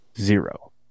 zero